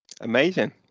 Amazing